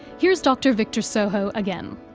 here's dr victor sojo again.